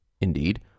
Indeed